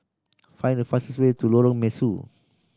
find the fastest way to Lorong Mesu